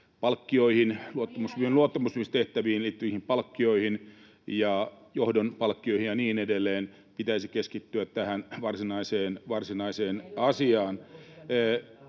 onkin!] luottamusmiestehtäviin liittyviin palkkioihin ja johdon palkkioihin ja niin edelleen, pitäisi keskittyä tähän varsinaiseen asiaan.